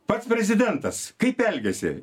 pats prezidentas kaip elgiasi